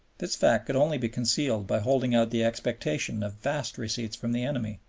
this fact could only be concealed by holding out the expectation of vast receipts from the enemy.